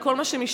על כל מה שמשתמע,